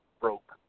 broke